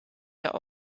der